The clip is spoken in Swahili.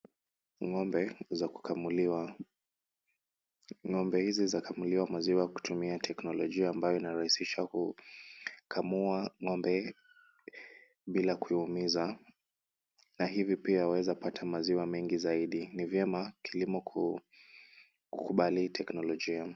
Ng'ombe za kukamuliwa. Ng'ombe hizi zakamuliwa maziwa kutumia teknolojia ambayo inarahisisha kukamua ng'ombe bila kuiumiza na hivi pia waeza pata maziwa mengi zaidi. Ni vyema kilimo kukubali teknolojia.